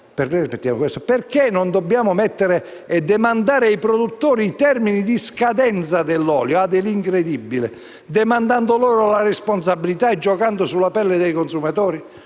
Perché dobbiamo demandare ai produttori l'indicazione dei termini di scadenza dell'olio (ha dell'incredibile), demandando loro la responsabilità e giocando sulla pelle dei consumatori?